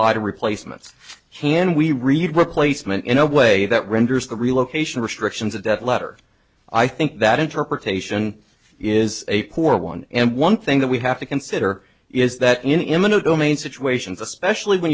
apply to replacements can we read replacement in a way that renders the relocation restrictions a death letter i think that interpretation is a poor one and one thing that we have to consider is that in imminent domain situations especially when